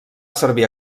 servir